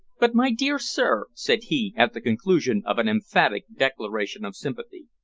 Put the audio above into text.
but, my dear sir, said he, at the conclusion of an emphatic declaration of sympathy,